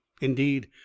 Indeed